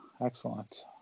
Excellent